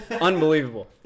unbelievable